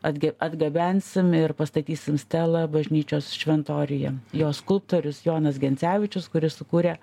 atge atgabensim ir pastatysim stelą bažnyčios šventoriuje jo skulptorius jonas gencevičius kuris sukūrė